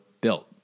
built